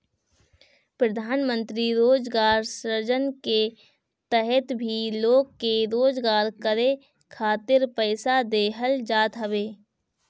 प्रधानमंत्री रोजगार सृजन के तहत भी लोग के रोजगार करे खातिर पईसा देहल जात हवे